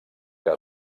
que